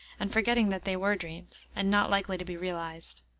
and forgetting that they were dreams, and not likely to be realized.